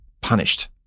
punished